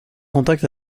contact